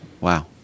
Wow